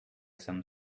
some